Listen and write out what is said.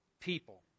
people